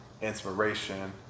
inspiration